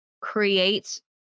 creates